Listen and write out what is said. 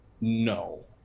no